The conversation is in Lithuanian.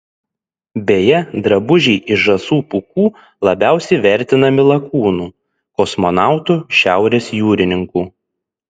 beje drabužiai iš žąsų pūkų labiausiai vertinami lakūnų kosmonautų šiaurės jūrininkų